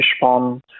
Fishpond